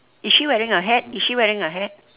is she wearing a hat is she wearing a hat